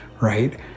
right